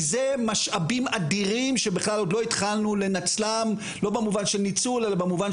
אנחנו משתדלים בוועדת המשנה להשכלה הגבוהה להתחיל בזמן ולסיים בזמן.